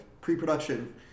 pre-production